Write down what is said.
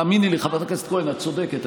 חברת הכנסת כהן, האמיני לי, את צודקת.